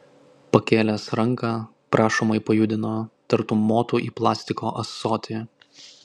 pakėlęs ranką prašomai pajudino tartum motų į plastiko ąsotį